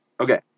Okay